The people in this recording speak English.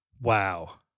Wow